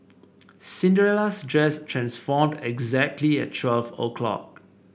Cinderella's dress transformed exactly at twelve o'clock